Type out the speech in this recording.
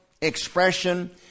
expression